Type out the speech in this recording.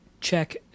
check